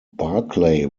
barclay